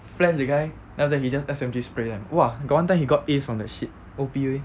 flash the guy then after that he just S_N_G spray them !wah! got one time he got ace from that shit O_P wei